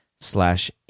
slash